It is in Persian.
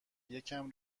یکم